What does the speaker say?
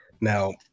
Now